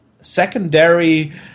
secondary